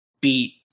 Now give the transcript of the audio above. beat